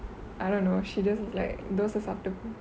I don't know she doesn't like dosa சாப்ட்டு:thosai saaptu